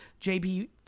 JB